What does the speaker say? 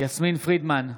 יסמין פרידמן,